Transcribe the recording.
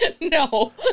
No